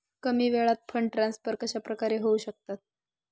कमी वेळात fund transfer कशाप्रकारे होऊ शकतात?